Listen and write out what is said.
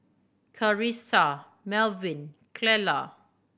Charissa Melvyn Clella